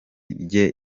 rye